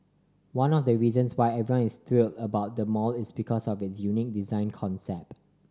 one of the reasons why everyone is thrill about the mall is because of its unique design concept